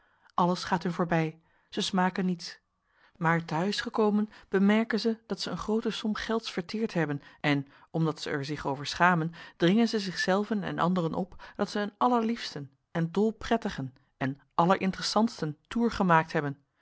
alles gaat hun voorbij zij smaken niets maar te huis gekomen bemerken zij dat zij een groote som gelds verteerd hebben en omdat ze er zich over schamen dringen zij zichzelven en anderen op dat zij een allerliefsten een dolprettigen een allerinteressantsten toer gemaakt hebben ja